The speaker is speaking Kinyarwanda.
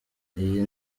iyi